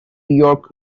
york